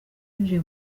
yinjiye